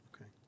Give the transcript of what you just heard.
Okay